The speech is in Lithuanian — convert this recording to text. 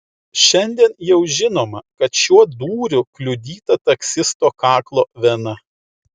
šiandien jau žinoma kad šiuo dūriu kliudyta taksisto kaklo vena